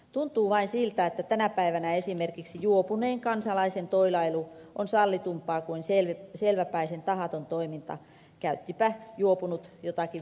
tuntuu vain siltä että tänä päivänä esimerkiksi juopuneen kansalaisen toilailu on sallitumpaa kuin selväpäisen tahaton toiminta käyttipä juopunut jotakin välinettä tai ei